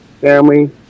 family